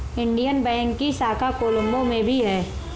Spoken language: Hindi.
इंडियन बैंक की शाखा कोलम्बो में भी है